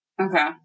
Okay